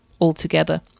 altogether